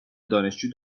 دانشجو